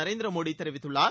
நரேந்திர மோடி தெரிவித்துள்ளார்